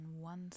one